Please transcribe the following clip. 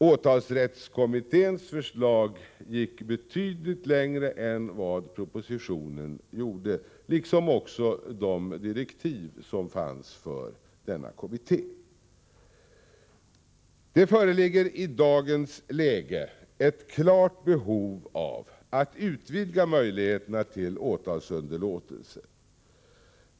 Åtalsrättskommitténs förslag gick betydligt längre än vad propositionen gjorde, liksom också de direktiv som fanns för denna kommitté. Det föreligger i dagens läge ett klart behov av att utvidga möjligheterna till åtalsunderlåtelse.